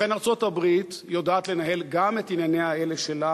ובכן, ארצות-הברית יודעת לנהל גם את ענייניה אלה,